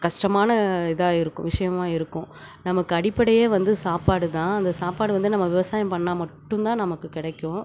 கஸ்டமான இதாக இருக்கும் விஷயமா இருக்கும் நமக்கு அடிப்படையே வந்து சாப்பாடு தான் அந்த சாப்பாடு வந்து நம்ம விவசாயம் பண்ணால் மட்டும் தான் நமக்கு கிடைக்கும்